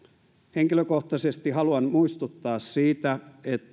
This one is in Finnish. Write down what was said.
henkilökohtaisesti haluan muistuttaa siitä